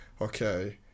okay